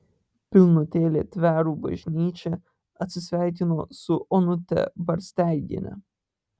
pilnutėlė tverų bažnyčia atsisveikino su onute barsteigiene